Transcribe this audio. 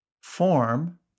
form